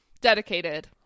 dedicated